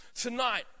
tonight